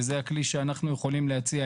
וזה הכלי שאנחנו יכולים להציע.